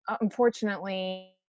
unfortunately